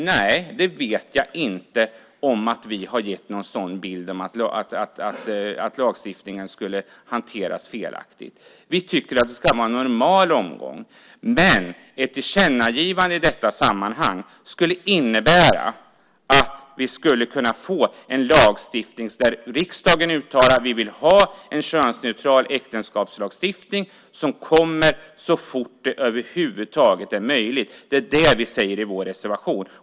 Nej, jag vet inte om att vi har gett en bild av att lagstiftningen skulle ha hanterats felaktigt. Vi tycker att det ska vara en normal omgång. Men ett tillkännagivande i detta sammanhang skulle innebära att vi skulle kunna få en lagstiftning där riksdagen uttalar att vi vill ha en könsneutral äktenskapslagstiftning som kommer så fort det över huvud taget är möjligt. Det är det vi säger i vår reservation.